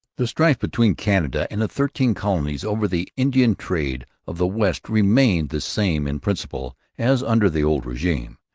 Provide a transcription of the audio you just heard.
the strife between canada and the thirteen colonies over the indian trade of the west remained the same in principle as under the old regime.